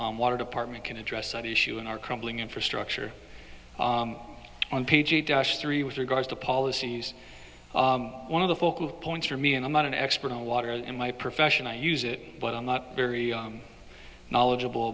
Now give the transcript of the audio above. water department can address that issue and our crumbling infrastructure on page three with regards to policies one of the focal points for me and i'm not an expert on water and my profession i use it but i'm not very knowledgeable